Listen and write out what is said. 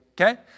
Okay